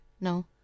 No